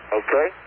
okay